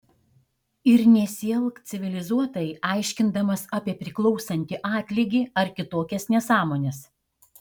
ir nesielk civilizuotai aiškindamas apie priklausantį atlygį ar kitokias nesąmones